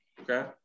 Okay